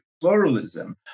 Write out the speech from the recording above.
pluralism